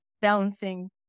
balancing